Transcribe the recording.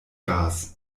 gas